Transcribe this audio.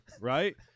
right